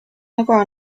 langres